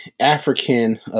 African